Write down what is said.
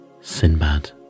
Sinbad